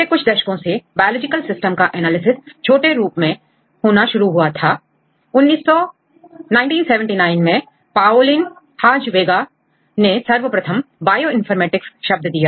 पिछले कुछ दशकों से बायोलॉजिकल सिस्टम का एनालिसिस छोटे रूप में होना शुरू हुआ था 1979मैं पाओलीन हांजबेगा PaulienHogeweg ने सर्वप्रथम बायोइनफॉर्मेटिक्स शब्द दिया